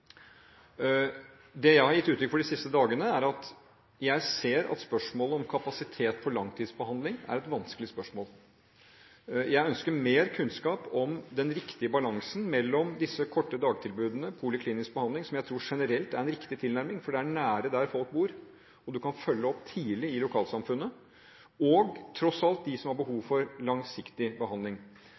Det jeg har gitt uttrykk for de siste dagene, er at jeg ser at spørsmålet om kapasitet på langtidsbehandling er et vanskelig spørsmål. Jeg ønsker mer kunnskap om den riktige balansen mellom disse korte dagtilbudene, poliklinisk behandling – som jeg generelt tror er en riktig tilnærming, for det er nær der folk bor, og du kan følge opp tidlig i lokalsamfunnet – og tilbudene til dem som har behov for langsiktig behandling.